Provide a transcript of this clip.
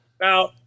Now